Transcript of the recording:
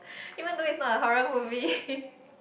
even though it's not a horror movie